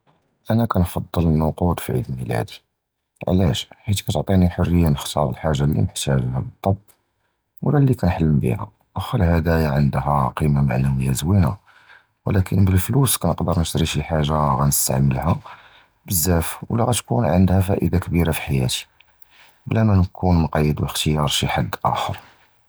אָנָא קִנְפַצֵל הַנְּקוּד פִי עִיד מִילָאדִי, עַלַאש? חִית קִתְעַטִי לִיָּא חֻרִיָּה נִכְתַחַר הַחַאגָה לִי מֻחְתַאגָּה בַּדַּקִיק, וְלָא לִי קִנְחְלָם בִּיה, וְלָקִין הַהֲדָאִיָּא עַנְדְהוּ קִימְתּוּ מַעְנָוִיָּה זְווִינָה, וְלָקִין בַּפֻלוּס קִנְקַדַּר נִשְּרִי חַאגָה גַּנִּסְתַעְמַלְּהָ בְּזַאפ וְלָא קִתְקוּן עַנְדְהוּ פַאִידָה פִי חַיַאתִי בְּלָא מַא נִקוּן מֻקַיַד בִּכְתַחַר שִי חַד אַחַר.